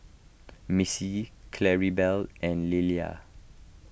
Missy Claribel and Leila